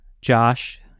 Josh